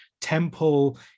temple